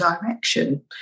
direction